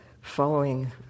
following